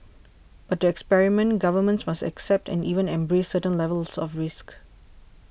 experiment governments must accept and even embrace certain levels of risk